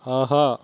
ஆஹா